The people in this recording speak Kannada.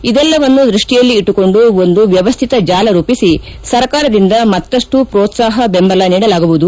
ಇದೆಲ್ಲವನ್ನು ದೃಷ್ಟಿಯಲ್ಲಿ ಇಟ್ಟುಕೊಂಡು ಒಂದು ವ್ಯವ್ಯಿತ ಜಾಲ ರೂಪಿಸಿ ಸರಕಾರದಿಂದ ಮತ್ತಷ್ಟು ಪೋತ್ಸಾಹ ಬೆಂಬಲ ನೀಡಲಾಗುವುದು